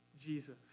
Jesus